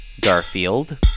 Garfield